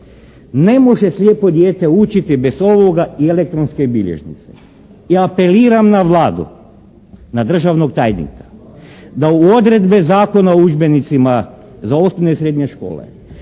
Ne može slijepo dijete učiti bez ovoga i elektronske bilježnice. Ja apeliram na Vladu, na državnog tajnika da u odredbe zakona o udžbenicima za osnovne i srednje škole